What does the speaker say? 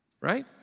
Right